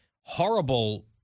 horrible